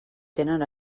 tenen